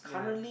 yeah